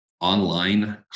Online